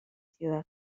ciudad